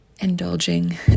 Indulging